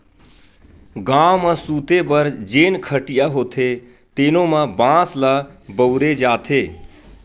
गाँव म सूते बर जेन खटिया होथे तेनो म बांस ल बउरे जाथे